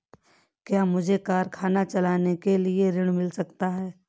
क्या मुझे कारखाना चलाने के लिए ऋण मिल सकता है?